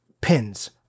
pins